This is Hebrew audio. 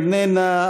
איננה,